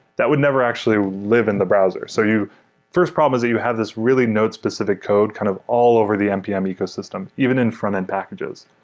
that would never actually live in the browser. so first first problem is that you have this really node-specific code kind of all over the npm ecosystem, even in frontend packages.